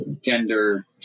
gender